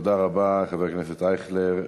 תודה רבה, חבר הכנסת אייכלר.